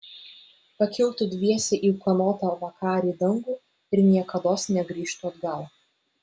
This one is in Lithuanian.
pakiltų dviese į ūkanotą vakarį dangų ir niekados negrįžtų atgal